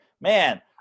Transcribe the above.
Man